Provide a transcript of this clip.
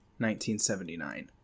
1979